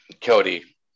Cody